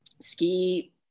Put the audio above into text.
ski